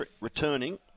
returning